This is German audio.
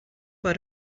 war